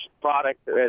product